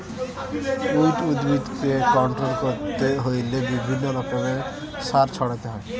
weed উদ্ভিদকে control করতে হইলে বিভিন্ন রকমের সার ছড়াতে হয়